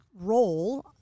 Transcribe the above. role